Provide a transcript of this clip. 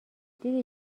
دیدی